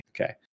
Okay